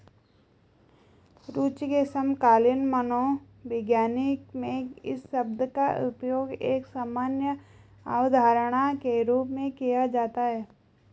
रूचि के समकालीन मनोविज्ञान में इस शब्द का उपयोग एक सामान्य अवधारणा के रूप में किया जाता है